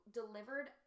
delivered